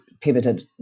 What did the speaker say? pivoted